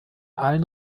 allen